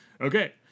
Okay